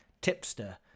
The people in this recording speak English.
tipster